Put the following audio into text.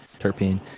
terpene